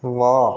ਵਾਹ